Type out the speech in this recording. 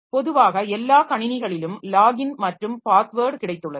பொதுவாக எல்லா கணினிகளிலும் லாக் இன் மற்றும் பாஸ்வேர்ட் கிடைத்துள்ளது